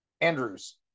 Andrews